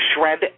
shred